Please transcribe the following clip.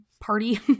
party